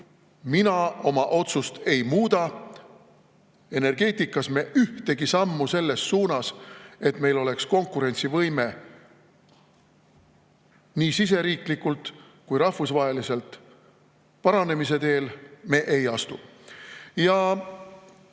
mina oma otsust ei muuda! Energeetikas me ühtegi sammu selles suunas, et meil oleks konkurentsivõime nii siseriiklikult kui ka rahvusvaheliselt, paranemise teel me ei